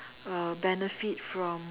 uh benefit from